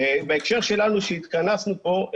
בהקשר שלנו שהתכנסנו פה,